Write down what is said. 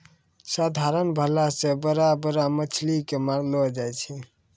साधारण भाला से बड़ा बड़ा मछली के मारलो जाय छै